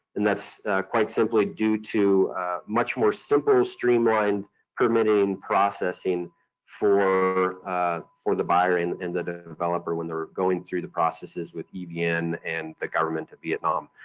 and that's quite simply due to much more simple, streamlined permitting processing for for the buyer and and the the developer when they were going through the processes with evn and and the government of vietnam.